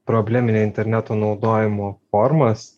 probleminio interneto naudojimo formas